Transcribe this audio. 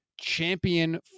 champion